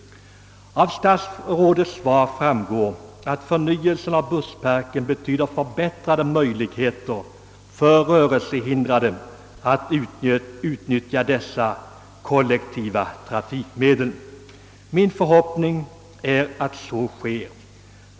Av statsrådets svar framgår att för nyelsen av bussparken betyder förbättrade möjligheter för rörelsehindrade att utnyttja dessa kollektiva trafikmedel. Min förhoppning är att så blir fallet.